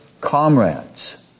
comrades